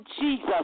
Jesus